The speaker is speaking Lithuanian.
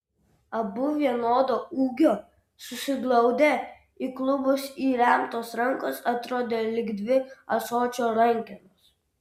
abu vienodo ūgio susiglaudę į klubus įremtos rankos atrodė lyg dvi ąsočio rankenos